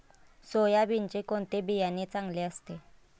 सोयाबीनचे कोणते बियाणे चांगले असते?